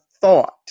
thought